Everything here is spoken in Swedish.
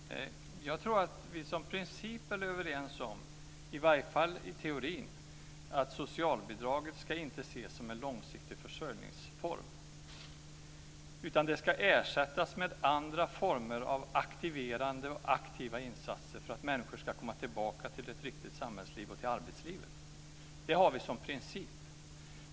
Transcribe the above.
Fru talman! Jag tror att vi i alla fall i teorin är överens om principen att socialbidraget inte ska ses som en långsiktig försörjningsform, utan det ska ersättas med andra former av aktiverande och aktiva insatser för att människor ska komma tillbaka till ett riktigt samhällsliv och till arbetslivet. Det har vi som princip.